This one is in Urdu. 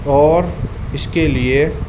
اور اس کے لیے